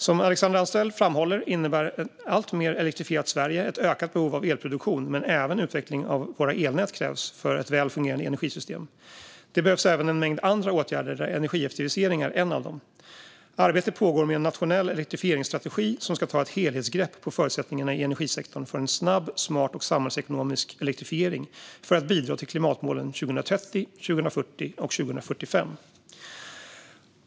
Som Alexandra Anstrell framhåller innebär ett alltmer elektrifierat Sverige ett ökat behov av elproduktion, men även utveckling av våra elnät krävs för ett väl fungerande energisystem. Det behövs även en mängd andra åtgärder; energieffektivisering är en av dem. Arbete pågår med en nationell elektrifieringsstrategi som ska ta ett helhetsgrepp om förutsättningarna i energisektorn för en snabb, smart och samhällsekonomisk elektrifiering för att bidra till klimatmålen 2030, 2040 och 2045.